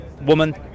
woman